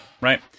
right